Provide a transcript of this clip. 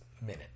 minute